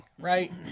right